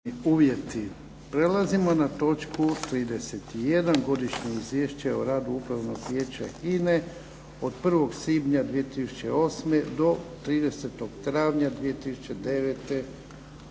(HDZ)** Prelazimo na točku 31. - Godišnje izvješće o radu upravnog vijeća HINE od 01. svibnja 2008. do 30. travnja 2009.